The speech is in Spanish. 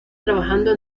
trabajando